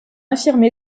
infirme